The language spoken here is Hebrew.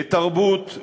לתרבות,